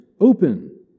open